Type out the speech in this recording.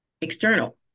external